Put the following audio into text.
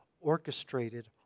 orchestrated